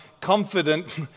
confident